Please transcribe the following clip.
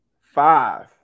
five